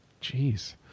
Jeez